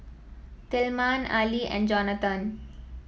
Tilman Ali and Jonathon